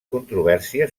controvèrsia